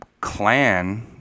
clan